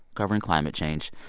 covering climate change.